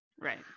Right